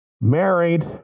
married